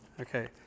Okay